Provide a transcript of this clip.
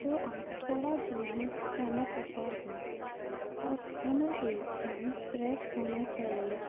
تو آپ تھوڑا جلدی کھانا پہنچا دو اور کھانا ایک دم فریش ہونا چاہیے